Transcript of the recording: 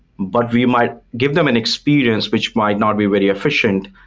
but we might give them an experience, which might not be very efficient,